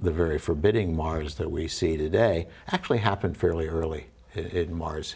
the very forbidding mars that we see today actually happened fairly early in mars